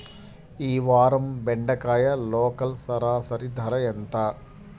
ఈ వారం బెండకాయ లోకల్ సరాసరి ధర ఎంత?